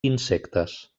insectes